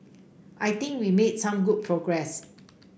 I think we made some good progress